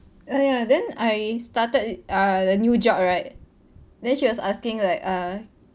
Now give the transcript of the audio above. and ya then I started a new job right then she was asking like err